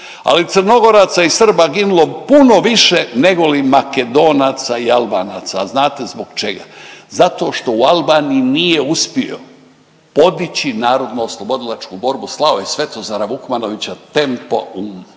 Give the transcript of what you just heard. je Crnogoraca i Srba ginulo puno više negoli Makedonaca i Albanaca. Znate zbog čega? Zato što u Albaniji nije uspio podići NOB, slao je Svetozara Vukmanovića tempo …